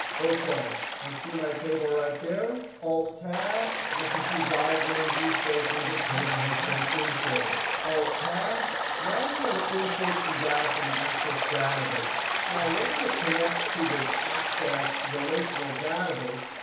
ok. i see my table right there. alt-tab. i can see diagram view shows me the table has been imported. alt-tab. now we want to import some data from an access database. now, we're going to connect to this access relational database.